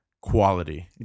Quality